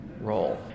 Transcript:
role